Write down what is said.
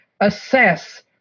assess